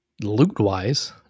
loot-wise